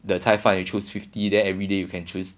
the 菜饭 you choose fifty then everyday you can choose